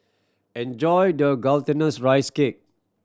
enjoy the gultinous rice cake